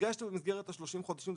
הגשת במסגרת 30 החודשים?